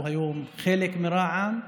הוא היום חלק מרע"מ,